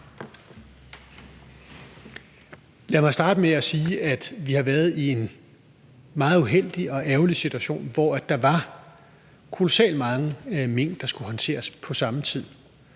Lad mig starte med at sige, at vi har været i en meget uheldig og ærgerlig situation, hvor der var kolossalt mange mink, der skulle håndteres på samme tid,